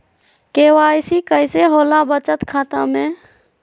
KYC कैसे होला बचत खाता में?